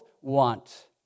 want